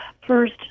first